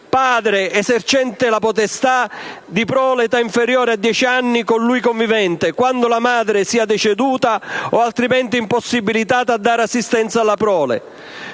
padre esercente la potestà di prole di età inferiore ai dieci anni con lui convivente quando la madre sia deceduta o altrimenti impossibilitata a dare assistenza alla prole;